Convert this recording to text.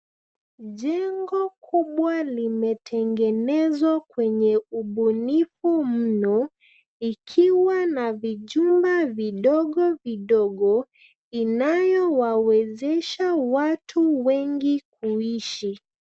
Jengo kubwa limetengenezwa kwenye ubunifu mno, ikiwa na vijumba vidogo vidogo, inayowawezesha watu wengi kuishi.